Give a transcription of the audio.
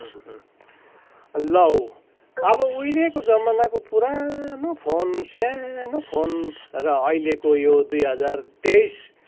लौ अब उहिलेको जमानाको पुरानो फोन सानो फोन र अहिलेको यो दुई हजार तेइस